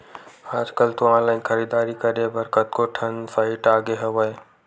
आजकल तो ऑनलाइन खरीदारी करे बर कतको ठन साइट आगे हवय